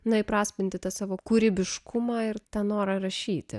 na įprasminti tą savo kūrybiškumą ir tą norą rašyti